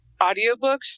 audiobooks